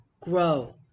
grow